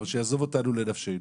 אבל שיעזוב אותנו לנפשנו.